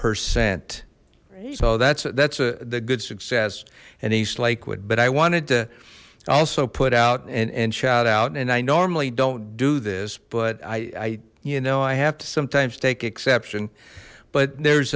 percent so that's that's a good success in east lakewood but i wanted to also put out and shout out and i normally don't do this but i you know i have to sometimes take exception but there's